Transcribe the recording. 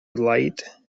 leyte